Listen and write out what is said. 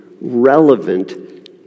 relevant